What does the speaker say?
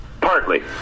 Partly